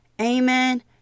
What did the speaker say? Amen